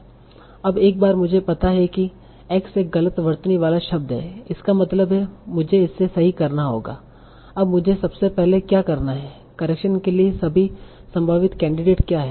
अब एक बार मुझे पता है कि x एक गलत वर्तनी वाला शब्द है इसका मतलब है मुझे इसे सही करना होगा अब मुझे सबसे पहले क्या करना है करेक्शन के लिए सभी संभावित कैंडिडेट क्या हैं